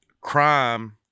crime